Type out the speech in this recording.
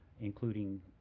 including